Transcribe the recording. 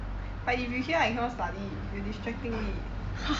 but if you here I cannot study you distracting me